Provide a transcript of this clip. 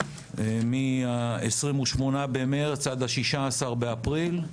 מה-28 במרץ עד ה-16 באפריל.